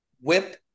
Whip